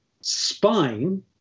spine